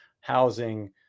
housing